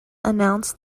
announced